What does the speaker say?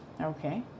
Okay